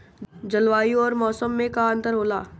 जलवायु और मौसम में का अंतर होला?